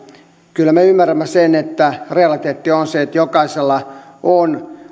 kyllä me ymmärrämme että realiteetti on se että jokaisella on